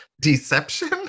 deception